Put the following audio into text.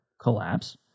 collapse